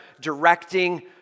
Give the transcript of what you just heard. directing